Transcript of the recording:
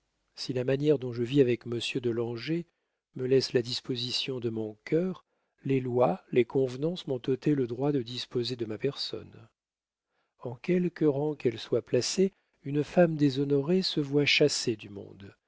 si la manière dont je vis avec monsieur de langeais me laisse la disposition de mon cœur les lois les convenances m'ont ôté le droit de disposer de ma personne en quelque rang qu'elle soit placée une femme déshonorée se voit chassée du monde